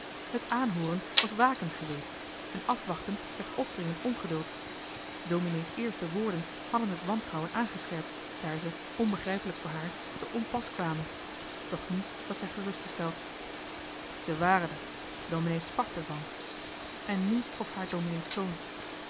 het aanhooren was waken geweest een afwachten met opdringend ongeduld dominee's eerste woorden hadden het wantrouwen aangescherpt daar ze onbegrijpelijk voor haar te onpas kwamen doch nu zat zij gerust gesteld ze waren d'er domenee sprak d'ervan en nu trof haar dominee's